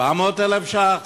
700,000 ש"ח,